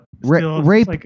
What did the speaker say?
Rape